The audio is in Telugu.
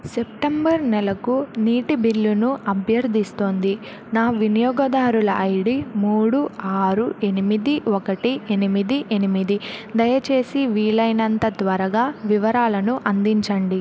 సెప్టెంబరు నెలకు నీటి బిల్లును అభ్యర్థిస్తోంది నా వినియోగదారుల ఐడి మూడు ఆరు ఎనిమిది ఒకటి ఎనిమిది ఎనిమిది దయచేసి వీలైనంత త్వరగా వివరాలను అందించండి